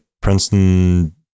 Princeton